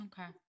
Okay